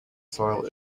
soil